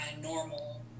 normal